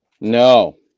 No